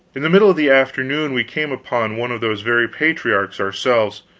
in the middle of the afternoon we came upon one of those very patriarchs ourselves,